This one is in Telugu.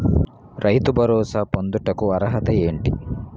రైతు భరోసా పొందుటకు అర్హత ఏంటి?